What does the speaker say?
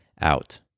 out